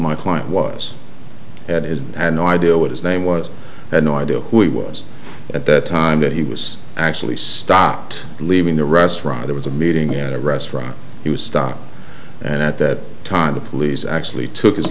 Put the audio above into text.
my client was at his had no idea what his name was and no idea who he was at that time that he was actually stopped leaving the restaurant there was a meeting at a restaurant he was stop and at that time the police actually took his